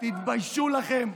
תתביישו לכם,